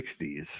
1960s